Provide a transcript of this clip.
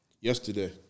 Yesterday